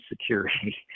security